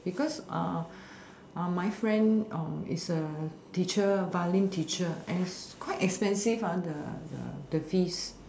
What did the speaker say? because uh uh my friend um is a teacher violin teacher and it's quite expensive ah the the the fees